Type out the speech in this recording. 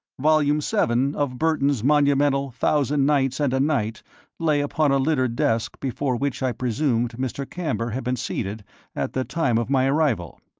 volume seven of burton's monumental thousand nights and a night lay upon a littered desk before which i presumed mr. camber had been seated at the time of my arrival.